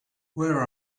where